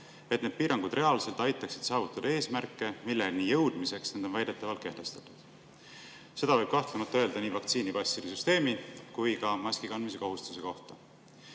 et need piirangud reaalselt aitaksid saavutada eesmärke, milleni jõudmiseks need on väidetavalt kehtestatud. Seda võib kahtlemata öelda nii vaktsiinipasside süsteemi kui ka maskikandmise kohustuse kohta.